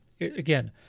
again